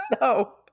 No